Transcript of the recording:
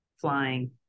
flying